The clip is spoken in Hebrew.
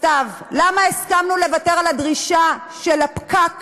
סתיו, למה הסכמנו לוותר על הדרישה של פקק